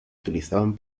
utilizaban